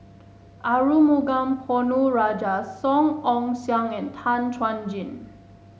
Arumugam Ponnu Rajah Song Ong Siang and Tan Chuan Jin